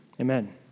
amen